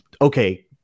okay